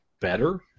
better